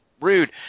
Rude